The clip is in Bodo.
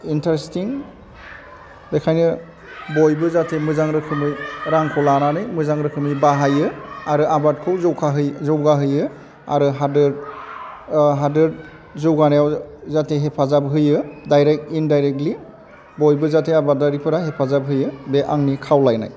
इन्टारेसथिं बेखायनो बयबो जाहाथे मोजां रोखोमै रांखौ लानानै मोजां रोखोमै बाहायो आरो आबादखौ ज'खा होयो जौगाहोयो आरो हादोर हादोर जौगानायाव जाहाते हेफाजाब होयो दाइरेक्ट इनदाइरेक्टलि बयबो जाहाथे आबादारिफोरा हेफाजाब होयो बे आंनि खावलायनाय